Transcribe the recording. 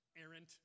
errant